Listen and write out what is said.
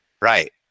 right